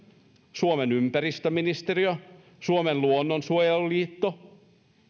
suomen ympäristöministeriö suomen luonnonsuojeluliitto